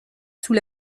sous